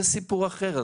זה סיפור אחר.